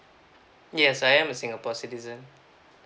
yes I am a singapore citizen